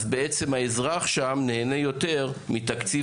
אז בעצם האזרח שם נהנה יותר מתקציב